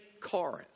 Corinth